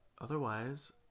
Otherwise